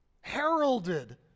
Heralded